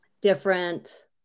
different